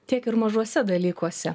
tiek ir mažuose dalykuose